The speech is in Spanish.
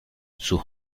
sus